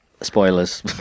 spoilers